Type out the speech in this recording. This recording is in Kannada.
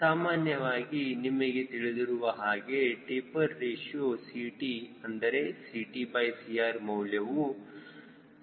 ಸಾಮಾನ್ಯವಾಗಿ ನಿಮಗೆ ತಿಳಿದಿರುವ ಹಾಗೆ ಟೆಪರ್ ರೇಶಿಯೋ Ct ಅಂದರೆ CtCr ಮೌಲ್ಯವು 0